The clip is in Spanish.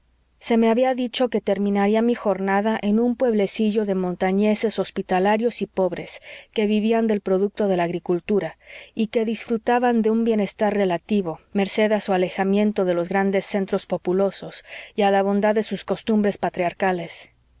se me había dicho que terminaría mi jornada en un pueblecillo de montañeses hospitalarios y pobres que vivían del producto de la agricultura y que disfrutaban de un bienestar relativo merced a su alejamiento de los grandes centros populosos y a la bondad de sus costumbres patriarcales